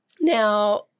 now